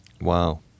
Wow